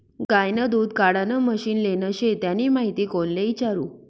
गायनं दूध काढानं मशीन लेनं शे त्यानी माहिती कोणले इचारु?